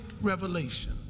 revelation